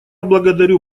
благодарю